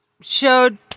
showed